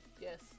Yes